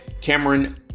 Cameron